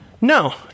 No